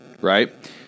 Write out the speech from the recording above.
Right